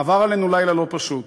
עבר עלינו לילה לא פשוט.